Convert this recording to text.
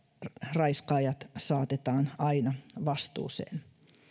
raiskaajat saatetaan aina vastuuseen